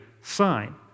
sign